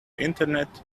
internet